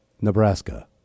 Nebraska